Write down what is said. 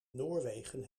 noorwegen